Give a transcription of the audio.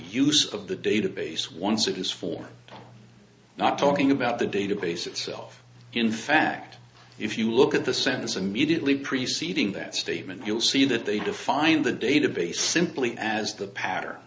use of the database once it is for not talking about the database itself in fact if you look at the sentence immediately preceding that statement you'll see that they define the database simply as the patter